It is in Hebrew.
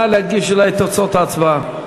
נא להגיש לי את תוצאות ההצבעה.